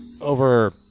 over